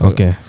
Okay